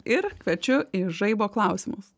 ir kviečiu į žaibo klausimus